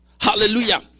hallelujah